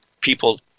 people